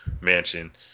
mansion